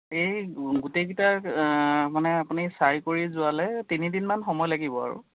এই গোটেইকেইটাক মানে আপুনি চাই কৰি যোৱালৈ তিনিদিনমান সময় লাগিব আৰু